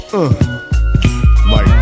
Mike